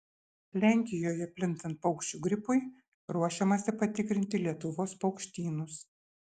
lenkijoje plintant paukščių gripui ruošiamasi patikrinti lietuvos paukštynus